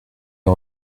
est